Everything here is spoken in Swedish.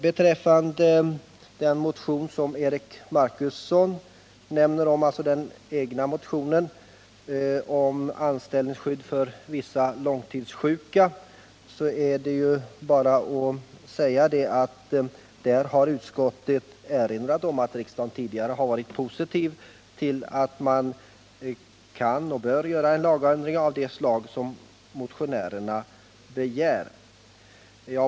Beträffande Eric Marcussons motion om anställningsskydd för vissa långtidssjuka har utskottet erinrat om att riksdagen tidigare har ställt sig positiv till att man kan och bör göra en lagändring av det slag som begärs i motionen.